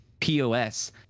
POS